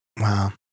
Wow